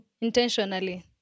Intentionally